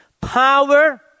power